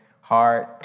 hard